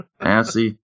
Assy